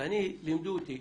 לימדו אותי,